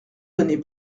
donner